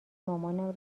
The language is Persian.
مامانم